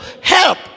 help